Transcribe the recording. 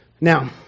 Now